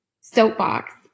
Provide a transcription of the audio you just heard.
soapbox